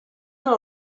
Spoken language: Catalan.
una